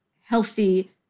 healthy